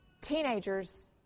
teenagers